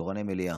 תורני המליאה.